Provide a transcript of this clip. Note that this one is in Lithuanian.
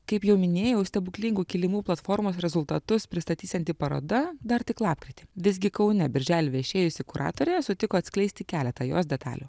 kaip jau minėjau stebuklingų kilimų platformos rezultatus pristatysianti paroda dar tik lapkritį visgi kaune birželį viešėjusi kuratorė sutiko atskleisti keletą jos detalių